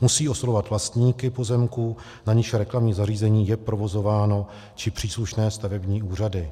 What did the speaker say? Musí oslovovat vlastníky pozemků, na nichž reklamní zařízení je provozováno, či příslušné stavební úřady.